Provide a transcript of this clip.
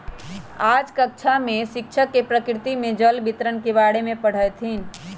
आज कक्षा में शिक्षक प्रकृति में जल वितरण के बारे में पढ़ईथीन